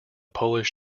polish